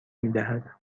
میدهد